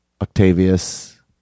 Octavius